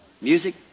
music